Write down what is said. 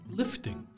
lifting